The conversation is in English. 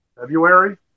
February